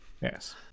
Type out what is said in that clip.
Yes